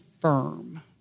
firm